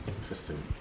Interesting